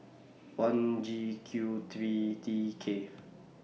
one G Q three T K